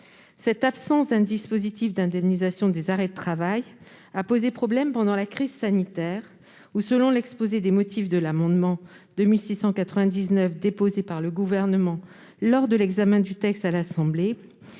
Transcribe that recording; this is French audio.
Cette absence d'un dispositif d'indemnisation des arrêts de travail a posé problème pendant la crise sanitaire. Selon l'objet de l'amendement n° 2699 déposé par le Gouvernement lors de l'examen du texte à l'Assemblée